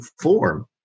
form